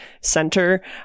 center